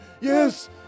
Yes